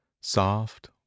soft